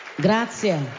grazie